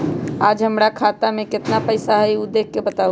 आज हमरा खाता में केतना पैसा हई देख के बताउ?